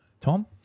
Tom